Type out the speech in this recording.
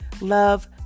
love